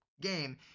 game